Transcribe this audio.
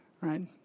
Right